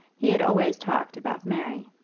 he had always talked about mary.